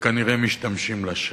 וכנראה משתמשים לשווא.